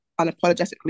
unapologetically